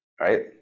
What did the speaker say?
right